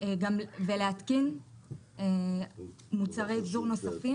ולהתקין מוצרי אבזור נוספים.